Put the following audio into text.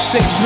Six